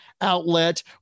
outlet